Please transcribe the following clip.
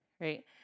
right